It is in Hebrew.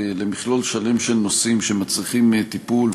למכלול שלם של נושאים שמצריכים טיפול